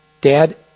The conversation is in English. Dad